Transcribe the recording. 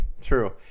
True